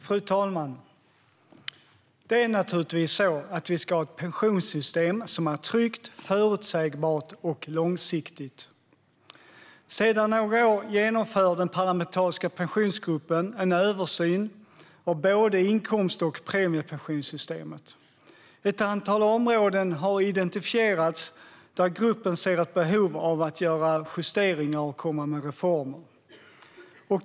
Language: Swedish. Fru talman! Det är naturligtvis så att vi ska ha ett pensionssystem som är tryggt, förutsägbart och långsiktigt. Sedan några år genomför den parlamentariska Pensionsgruppen en översyn av både inkomst och premiepensionssystemet. Ett antal områden har identifierats där gruppen ser ett behov av att göra justeringar och komma med reformer.